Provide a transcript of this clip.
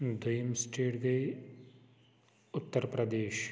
دٔیِم سٹیٹ گٔے اُترپرٛدیش